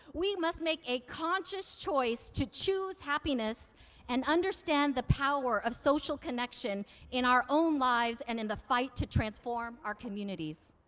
we must make a conscious choice to choose happiness and understand the power of social connection in our own lives and in the fight to transform our communities.